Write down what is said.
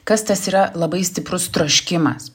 kas tas yra labai stiprus troškimas